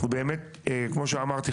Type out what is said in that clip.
כמו שאמרתי,